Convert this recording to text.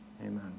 Amen